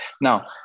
now